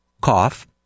cough